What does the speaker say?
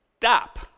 Stop